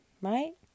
right